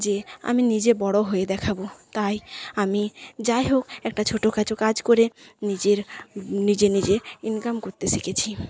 যে আমি নিজে বড়ো হয়ে দেখাব তাই আমি যাই হোক একটা ছোটো কাজ করে নিজের নিজে নিজে ইনকাম করতে শিখেছি